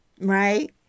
right